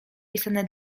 pisane